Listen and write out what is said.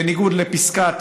בניגוד לפסקת